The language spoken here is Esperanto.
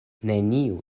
neniu